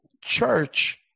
church